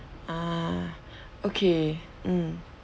ah okay mm